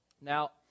Now